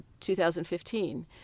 2015